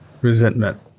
resentment